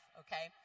okay